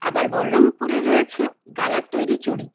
আবার বলরামপুরে রয়েছে গালার তৈরি চুড়ি